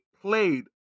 played